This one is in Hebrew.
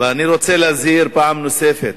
ואני רוצה להזהיר פעם נוספת: